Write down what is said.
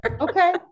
Okay